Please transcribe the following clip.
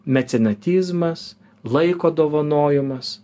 mecenatizmas laiko dovanojimas